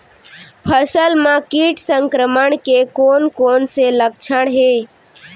फसल म किट संक्रमण के कोन कोन से लक्षण हे?